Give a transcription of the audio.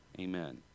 amen